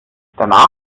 danach